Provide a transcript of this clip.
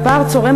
והפער צורם